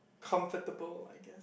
comfortable I guess